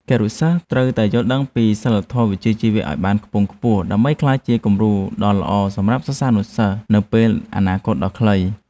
គរុសិស្សត្រូវតែយល់ដឹងពីសីលធម៌វិជ្ជាជីវៈឱ្យបានខ្ពង់ខ្ពស់ដើម្បីក្លាយជាគំរូដ៏ល្អសម្រាប់សិស្សានុសិស្សនៅពេលអនាគតដ៏ខ្លី។